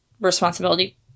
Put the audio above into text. responsibility